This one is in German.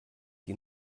die